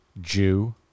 Jew